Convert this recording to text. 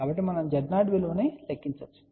కాబట్టి మనం Z0 విలువను లెక్కించవచ్చు